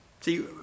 See